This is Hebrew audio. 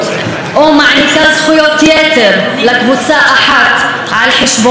מעניקה זכויות יתר לקבוצה אחת על חשבון השנייה.